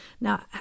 now